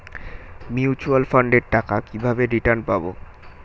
Mutual ফান্ডের টাকা কিভাবে রিটার্ন পাব?